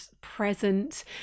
present